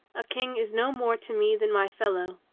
a king is no more to me than my fel low.